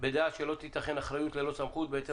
בדעה שלא תיתכן אחריות ללא סמכות.